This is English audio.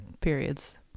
periods